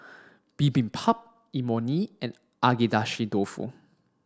Bibimbap Imoni and Agedashi dofu